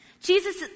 Jesus